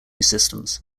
systems